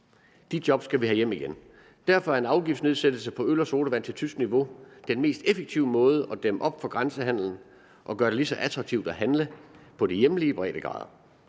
De job skal vi have hjem igen. Derfor er en afgiftsnedsættelse på øl og sodavand til tysk niveau den mest effektive måde, når det handler om at dæmme op for grænsehandelen og gøre det lige så attraktivt at handle på de hjemlige breddegrader.